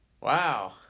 Wow